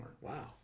Wow